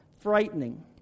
frightening